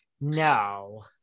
No